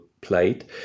played